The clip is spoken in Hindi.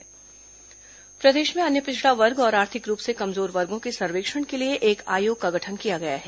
आयोग गठन प्रदेश में अन्य पिछड़ा वर्ग और आर्थिक रूप से कमजोर वर्गो के सर्वेक्षण के लिए एक आयोग का गठन किया गया है